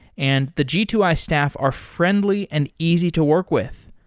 and the g two i staff are friendly and easy to work with.